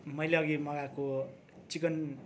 मैले अघि मगाएको चिकन